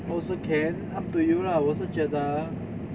also can up to you lah 我是觉得